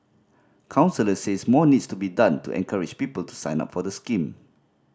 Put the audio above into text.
counsellors says more needs to be done to encourage people to sign up for the scheme